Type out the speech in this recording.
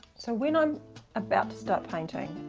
so when i'm about to start painting,